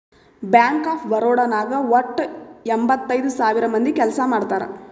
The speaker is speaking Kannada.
ಬ್ಯಾಂಕ್ ಆಫ್ ಬರೋಡಾ ನಾಗ್ ವಟ್ಟ ಎಂಭತ್ತೈದ್ ಸಾವಿರ ಮಂದಿ ಕೆಲ್ಸಾ ಮಾಡ್ತಾರ್